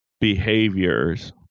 behaviors